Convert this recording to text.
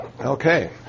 Okay